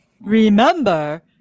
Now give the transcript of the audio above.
Remember